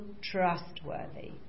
trustworthy